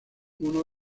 uno